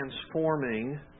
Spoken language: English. transforming